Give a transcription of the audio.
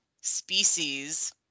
species